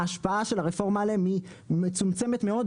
ההשפעה של הרפורמה עליהם היא מצומצמת מאוד,